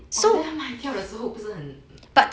then 它卖掉的时候不是很